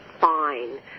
fine